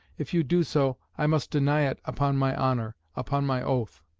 if you do so, i must deny it upon my honour upon my oath.